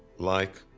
like